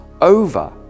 over